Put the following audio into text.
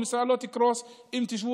ישראל לא תקרוס אם תשבו